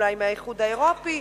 אולי מהאיחוד האירופי,